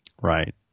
Right